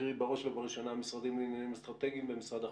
קרי בראש ובראשונה המשרד לעניינים אסטרטגיים ומשרד החוץ.